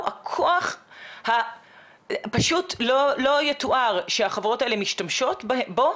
הכוח הפשוט לא יתואר שהחברות האלה משתמשות בו,